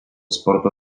sporto